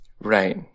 Right